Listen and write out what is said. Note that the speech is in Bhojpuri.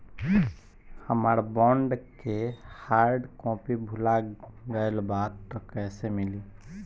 हमार बॉन्ड के हार्ड कॉपी भुला गएलबा त कैसे मिली?